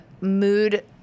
mood